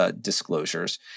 disclosures